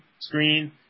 screen